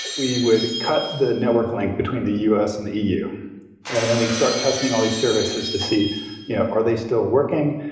we would cut the network link between the us and the eu and then we start testing all these services to see you know are they still working?